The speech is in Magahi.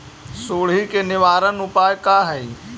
सुंडी के निवारक उपाय का हई?